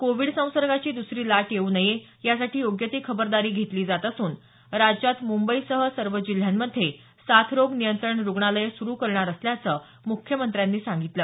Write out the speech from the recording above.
Covid संसर्गाची दसरी लाट येऊ नये यासाठी योग्य ती खबरदारी घेतली जात असून राज्यात मुंबईसह सर्व जिल्ह्यांमध्ये साथरोग नियंत्रण रुग्णालयं सुरू करणार असल्याचं मुख्यमंत्र्यांनी सांगितल